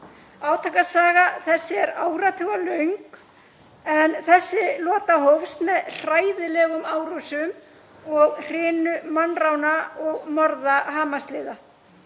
Átakasaga þessi er áratugalöng en þessi lota hófst með hræðilegum árásum og hrinu mannrána og morða Hamas-liða.